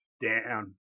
down